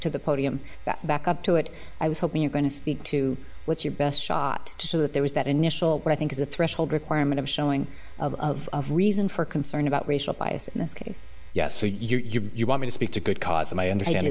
to the podium that back up to it i was hoping you're going to speak to what's your best shot so that there was that initial what i think is a threshold requirement of showing of reason for concern about racial bias in this case yes you're wanting to speak to a good cause and i understand